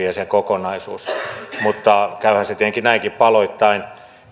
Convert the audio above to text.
ja se kokonaisuus mutta käyhän se tietenkin näinkin paloittain